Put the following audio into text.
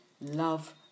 love